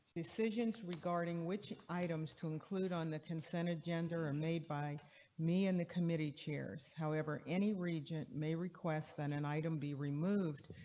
regarding which items to include on the consent agenda or made by me and the committee chairs. however any regent may request that an item be removed.